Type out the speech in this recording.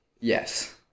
Yes